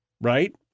right